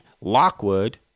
Lockwood